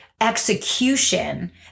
Execution